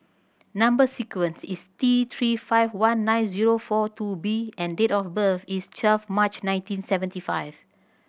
number sequence is T Three five one nine zero four two B and date of birth is twelve March nineteen seventy five